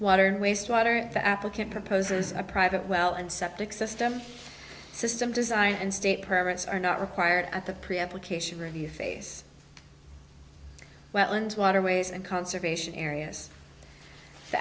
water waste water and the applicant proposes a private well and septic system system design and state permits are not required at the pre application review face welland waterways and conservation areas the